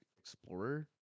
explorer